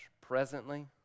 presently